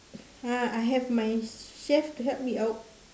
ah I have my chef to help me out